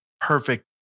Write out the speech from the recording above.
perfect